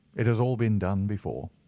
it has all been done before.